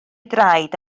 draed